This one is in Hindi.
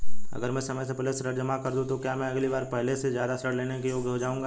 अगर मैं समय से पहले ऋण जमा कर दूं तो क्या मैं अगली बार पहले से ज़्यादा ऋण लेने के योग्य हो जाऊँगा?